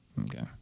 Okay